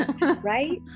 Right